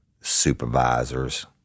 supervisors